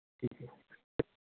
ਠੀਕ ਹੈ